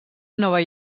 nova